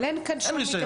אין רישיון.